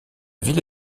ville